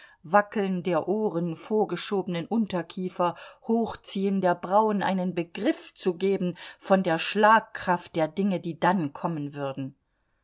wackeln der ohren vorgeschobenen unterkiefer hochziehen der brauen einen begriff zu geben von der schlagkraft der dinge die dann kommen würden